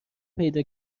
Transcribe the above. پیدا